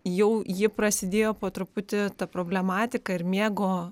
jau ji prasidėjo po truputį ta problematika ir miego